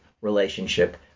relationship